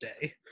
day